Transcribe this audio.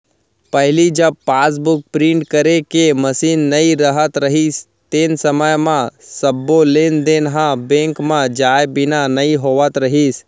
पहिली जब passbook print करे के मसीन नइ रहत रहिस तेन समय म सबो लेन देन ह बेंक म जाए बिना नइ होवत रहिस